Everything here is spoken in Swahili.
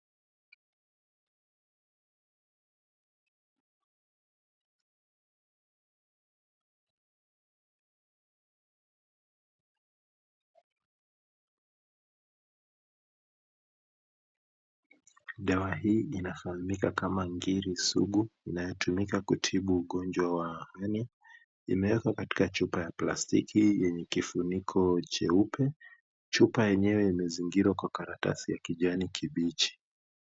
Dawa hizi inafahamika kama ngiri sugu. Inayotumika kutibu ugonjwa wa Hernia, imewekwa kwenye chupa ya plastiki yenye kifuniko cheupe . Chupa yenyewe imezingirwa kwa karatasi ya kijani kibichi.